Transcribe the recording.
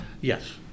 Yes